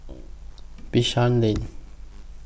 Bishan Lane